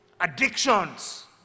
addictions